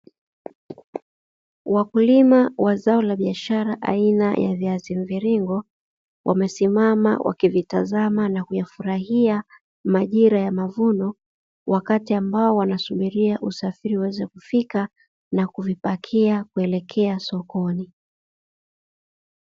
Wakulima wa zao la biashara aina ya viazi mviringo wamesimama wakivitazama na kuyafurahia majira ya mavuno, wakati ambao wanasubiria usafiri uweze kufika na kuvipakia kuelekea sokoni.